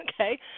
okay